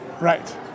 Right